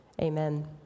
Amen